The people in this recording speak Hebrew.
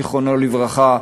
זיכרונו לברכה,